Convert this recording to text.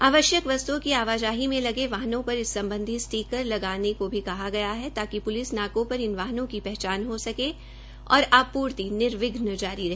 आवश्यक वस्तुओं की आवाजाही में लेग वाहनों पर इस सम्बधी स्टिकर लगाने को भी कहा गया है ताकि पुलिस नाकों पर इन वाहनों की पहचान हो सके और आपूर्ति निर्विघ्न जारी रहे